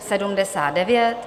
79.